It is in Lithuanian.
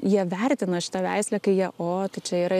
jie vertina šitą veislę kai jie o čia yra